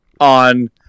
on